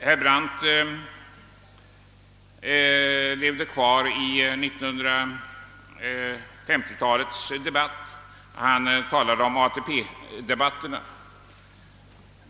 Herr Brandt levde kvar i 1950-talet, då han talade om ATP-debatterna.